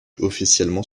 officiellement